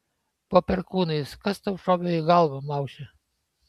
po perkūnais kas tau šovė į galvą mauše